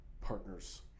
partners